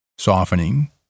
Softening